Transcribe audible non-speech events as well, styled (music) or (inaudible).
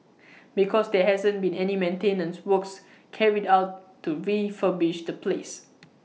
(noise) because there hasn't been any maintenance works carried out to refurbish the place